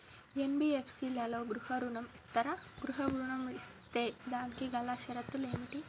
NBFC లలో గృహ ఋణం ఇస్తరా? గృహ ఋణం ఇస్తే దానికి గల షరతులు ఏమిటి?